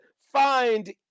find